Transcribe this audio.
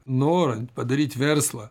norant padaryt verslą